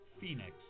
Phoenix